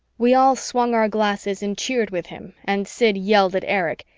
we all swung our glasses and cheered with him and sid yelled at erich,